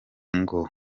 ngo